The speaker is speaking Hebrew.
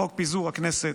חוק פיזור הכנסת.